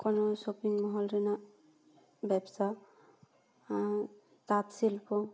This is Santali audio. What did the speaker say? ᱠᱳᱱᱳ ᱥᱚᱯᱤᱝ ᱢᱚᱞ ᱨᱮᱱᱟᱜ ᱵᱮᱵᱥᱟ ᱛᱟᱸᱛ ᱥᱤᱞᱯᱚ